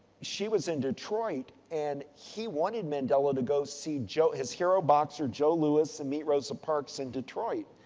she was in detroit and he wanted mandela to go see joe, his hero boxer joe lewis and meet rosa parks in detroit.